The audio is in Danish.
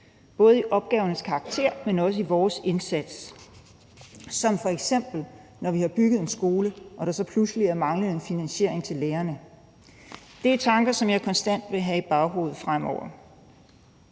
både i opgavernes karakter, men også i vores indsats, f.eks. når vi har bygget en skole og der så pludselig mangler finansiering til lærerne. Det er tanker, som jeg konstant vil have i baghovedet fremover.